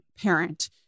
parent